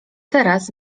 teraz